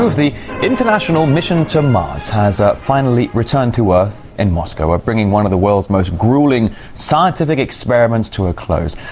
of the international mission to mars has finally returned to earth in moscow, ah bringing one of the world's most gruelling scientific experiments to a close.